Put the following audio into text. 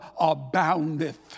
aboundeth